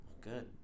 Good